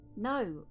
No